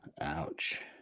Ouch